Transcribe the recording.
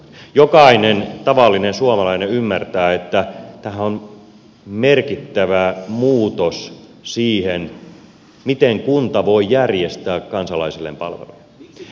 jokainen tavallinen suomalainen ymmärtää että tämähän on merkittävä muutos siihen miten kunta voi järjestää kansalaisilleen palveluja